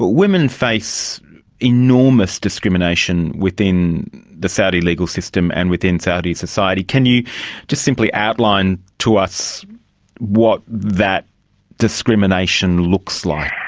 women face enormous discrimination within the saudi legal system and within saudi society. can you just simply outlined to us what that discrimination looks like?